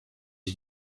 iki